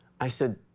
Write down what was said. i said,